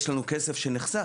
כסף שנחסך.